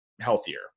healthier